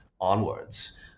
onwards